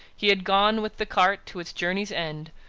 he had gone with the cart to its journey's end,